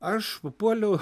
aš papuoliau